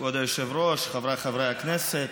כבוד היושב-ראש, חבריי חברי הכנסת,